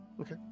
Okay